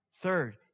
Third